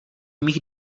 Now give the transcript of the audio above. mých